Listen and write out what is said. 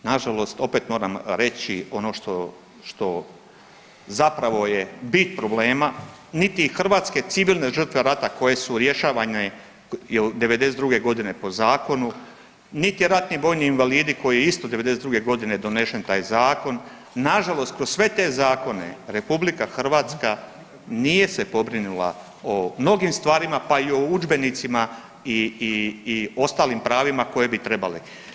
Nažalost opet moram reći ono što zapravo je bit problema, niti hrvatske civilne žrtve rata koje su rješavane, je l', '92. g. po zakonu niti ratni vojni invalidi koji isto, '92. g. donešen taj Zakon, nažalost kroz sve te zakone RH nije se pobrinula o mnogim stvarima, pa i o udžbenicima i ostalim pravima koje bi trebali.